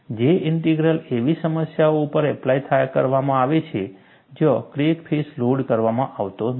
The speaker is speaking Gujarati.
J ઇન્ટિગ્રલ એવી સમસ્યાઓ ઉપર એપ્લાય કરવામાં આવે છે જ્યાં ક્રેક ફેસ લોડ કરવામાં આવતો નથી